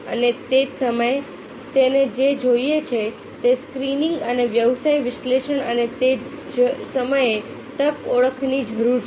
અને તે જ સમયે તેને જે જોઈએ છે તેને સ્ક્રીનીંગ અને વ્યવસાય વિશ્લેષણ અને તે જ સમયે તક ઓળખની જરૂર છે